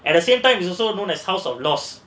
at the same time is also known as house of loss